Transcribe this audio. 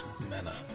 manner